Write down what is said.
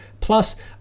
plus